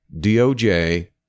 DOJ